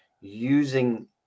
using